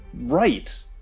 right